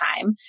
time